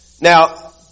Now